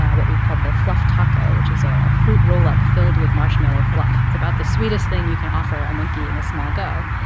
what we called the fluff taco, which is a fruit roll-up filled with marshmallow fluff. it's about the sweetest thing you can offer a monkey in a small go.